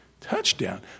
Touchdown